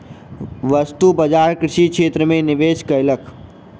वस्तु बजार कृषि क्षेत्र में निवेश कयलक